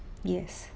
yes